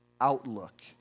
outlook